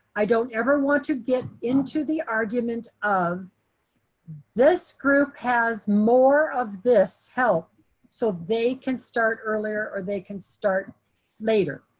i don't ever want to get into the argument of this group has more of this help so they can start earlier or they can start later.